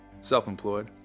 Self-employed